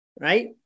Right